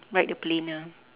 ride the plane ah